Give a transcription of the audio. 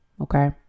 Okay